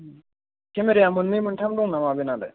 केमेराया मोननै मोनथाम दं नामा बेनालाय